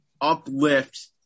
uplift